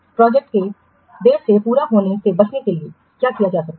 project के देर से पूरा होने से बचने के लिए क्या किया जा सकता है